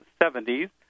70s